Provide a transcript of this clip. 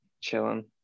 chilling